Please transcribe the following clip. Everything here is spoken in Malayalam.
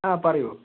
ആ പറയൂ